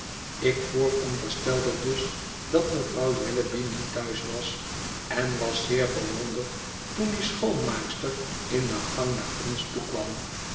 ik vooronderstelde dus dat mevrouw jellyby niet thuis was en was zeer verwonderd toen die schoonmaakster in den gang naar ons toekwam